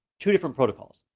two different protocols,